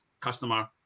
customer